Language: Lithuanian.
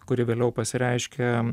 kuri vėliau pasireiškia